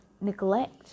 neglect